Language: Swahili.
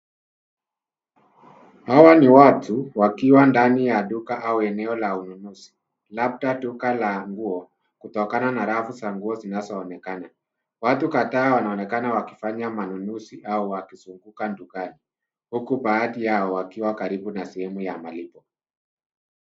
Hawa ni watu wakiwa ndani ya duka au eneo la ununuzi labda duka la nguo kutokana na rafu za nguo zinazoonekena. Watu kadhaa wanaonekana wakifanya ununuzi au wakizunguka dukani huku baadhi yao wakiwa karibu na sehemu ya malipo.